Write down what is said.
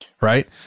right